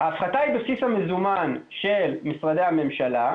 --- ההפחתה היא בבסיס המזומן של משרדי הממשלה,